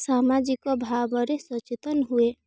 ସାମାଜିକ ଭାବରେ ସଚେତନ ହୁଏ